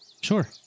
Sure